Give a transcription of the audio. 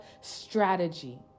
strategy